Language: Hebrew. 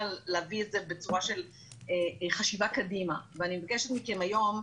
להביא את זה בצורה של חשיבה קדימה ואני מבקשת מכם היום,